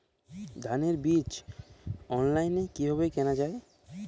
ধানের বীজ অনলাইনে কিভাবে কেনা যায়?